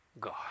God